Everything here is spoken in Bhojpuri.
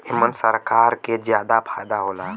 एमन सरकार के जादा फायदा होला